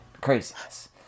craziness